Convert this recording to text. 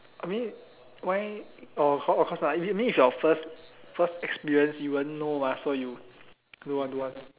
I mean why orh of of course not if this is your first first experience you won't know mah so you good one good one